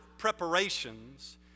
preparations